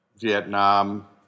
Vietnam